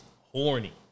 horny